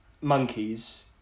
monkeys